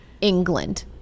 England